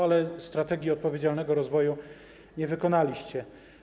Ale strategii odpowiedzialnego rozwoju nie wykonaliście.